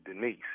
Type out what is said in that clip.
Denise